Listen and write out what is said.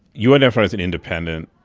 you identify as an independent.